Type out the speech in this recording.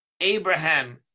Abraham